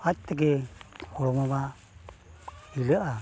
ᱟᱡ ᱛᱮᱜᱮ ᱦᱚᱲᱢᱚ ᱢᱟ ᱡᱤᱨᱟᱹᱜᱼᱟ